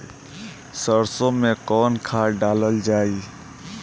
सरसो मैं कवन खाद डालल जाई?